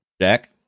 Jack